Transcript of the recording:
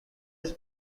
his